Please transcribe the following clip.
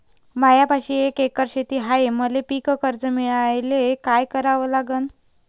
मायापाशी एक एकर शेत हाये, मले पीककर्ज मिळायले काय करावं लागन?